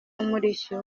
umurishyo